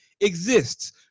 exists